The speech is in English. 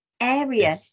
area